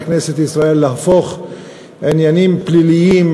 בכנסת ישראל להפוך עניינים פליליים,